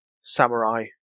samurai